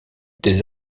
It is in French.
des